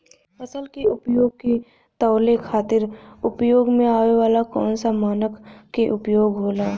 फसल के उपज के तौले खातिर उपयोग में आवे वाला कौन मानक के उपयोग होला?